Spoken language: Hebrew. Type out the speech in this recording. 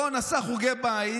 רון עשה חוגי בית,